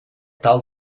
tal